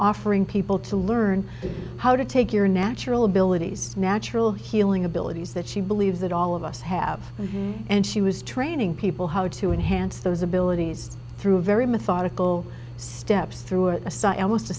offering people to learn how to take your natural abilities natural healing abilities that she believes that all of us have and she was training people how to enhance those abilities through a very methodical steps through it aside almost